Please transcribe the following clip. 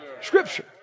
Scripture